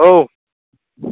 औ